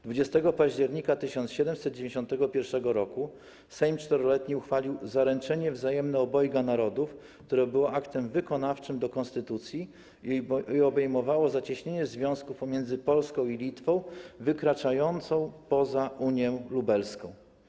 20 października 1791 r. Sejm Czteroletni uchwalił Zaręczenie Wzajemne Obojga Narodów, które było aktem wykonawczym do konstytucji i obejmowało zacieśnienie związków pomiędzy Polską i Litwą wykraczające poza unię lubelską.